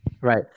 Right